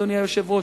אדוני היושב-ראש,